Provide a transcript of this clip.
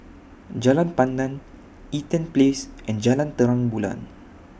Jalan Pandan Eaton Place and Jalan Terang Bulan